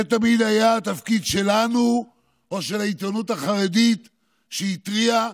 זה תמיד היה התפקיד שלנו או של העיתונות החרדית שהתריעה,